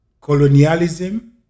colonialism